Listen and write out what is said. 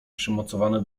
przymocowane